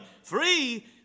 Free